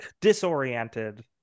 disoriented